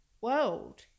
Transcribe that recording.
world